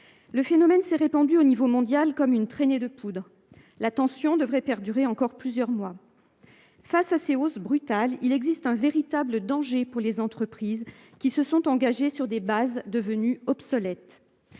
Le phénomène s'est répandu au niveau mondial comme une traînée de poudre ; la tension devrait perdurer encore plusieurs mois. Face à ces hausses brutales, il existe un véritable danger pour les entreprises qui se sont engagées sur des bases devenues obsolètes.